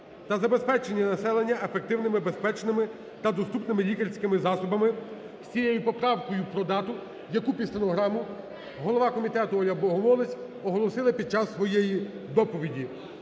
та забезпечення населення ефективними, безпечними та доступними лікарськими засобами" з цією поправкою про дату, яку під стенограму голова комітету Оля Богомолець оголосила під час своєї доповіді.